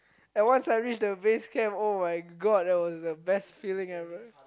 and once I reach the base camp [oh]-my-god that was the best feeling ever